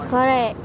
correct